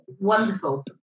Wonderful